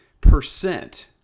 percent